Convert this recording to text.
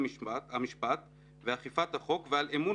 אני רוצה להפנות את תשומת לבו של אדוני לפרשת בזק.